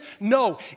No